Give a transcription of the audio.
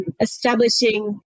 establishing